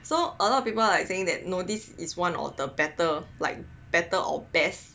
so a lot of people are saying that know this is one of the better like better or best